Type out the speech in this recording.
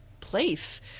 place